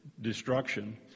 destruction